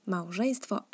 Małżeństwo